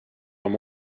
oma